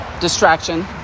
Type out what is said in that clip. distraction